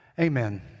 Amen